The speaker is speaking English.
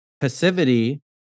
passivity